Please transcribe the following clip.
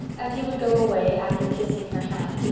and he would go away, after kissing her hand,